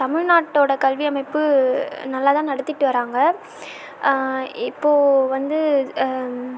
தமிழ்நாட்டோட கல்வி அமைப்பு நல்லாதான் நடத்திகிட்டு வர்றாங்க இப்போ வந்து